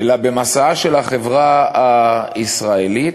אלא במשאה של החברה הישראלית,